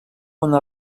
una